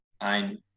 ein